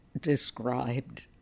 described